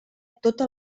tota